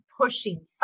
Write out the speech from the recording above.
pushing